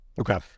okay